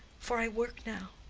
for i work now.